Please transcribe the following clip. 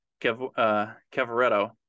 Cavaretto